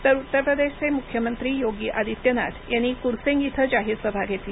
तर उत्तर प्रदेशचे मुख्यमंत्री योगी आदित्यनाथ यांनी कुर्सेंग इथं जाहीर सभा घेतली